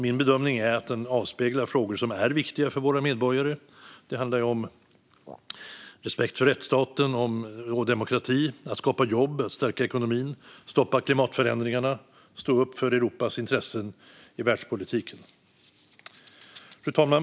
Min bedömning är att den avspeglar frågor som är viktiga för våra medborgare. Det handlar om respekt för rättsstaten och demokratin, att skapa jobb och stärka ekonomin, stoppa klimatförändringarna och stå upp för Europas intressen i världspolitiken.